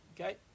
Okay